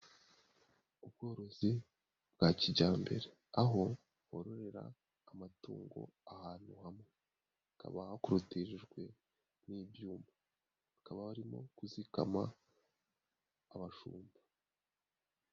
Ubworozi bwa kijyambere, aho bororera amatungo ahantu hamwe, hakaba hakorotirikijwe n'ibyuma, bakaba barimo kuzikama abashumba.